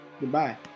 goodbye